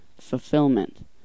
fulfillment